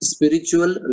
Spiritual